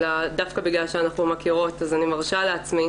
אלא דווקא בגלל שאנחנו מכירות אני מרשה לעצמי